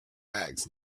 bags